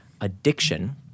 addiction